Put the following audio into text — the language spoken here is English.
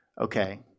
okay